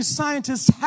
scientists